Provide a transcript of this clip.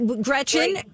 gretchen